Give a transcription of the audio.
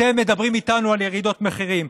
אתם מדברים איתנו על ירידות מחירים.